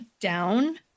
down